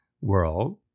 world